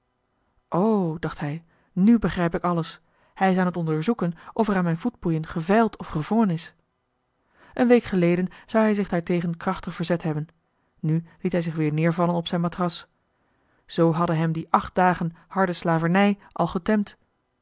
dacht hij nu begrijp ik alles hij is aan joh h been paddeltje de scheepsjongen van michiel de ruijter t onderzoeken of er aan m'n voetboeien gevijld of gewrongen is een week geleden zou hij zich daartegen krachtig verzet hebben nu liet hij zich weer neervallen op zijn matras zoo hadden hem die acht dagen harde slavernij al getemd